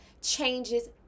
changes